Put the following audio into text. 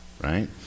right